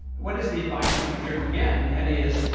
what is the advice that you generally get? and that is,